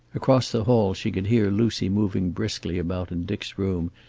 across the hall she could hear lucy moving briskly about in dick's room,